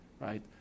right